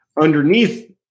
underneath